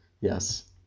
yes